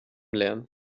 lernen